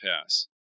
pass